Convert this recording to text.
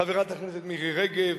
חברת הכנסת מירי רגב,